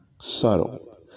Subtle